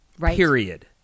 period